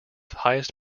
highest